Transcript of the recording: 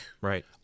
Right